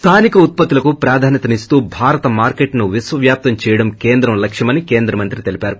స్దానిక ఉత్పత్తులకు ప్రాధాన్యత ఇస్తూ భారత మార్కెట్ను విశ్వవ్యాప్తం చేయడం కేంద్ర లక్ష్యమని కేంద్ర మంత్రి తెలిపారు